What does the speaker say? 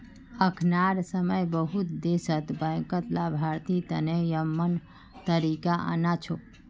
अखनार समय बहुत देशत बैंकत लाभार्थी तने यममन तरीका आना छोक